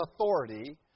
authority